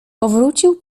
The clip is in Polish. powrócił